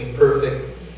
Perfect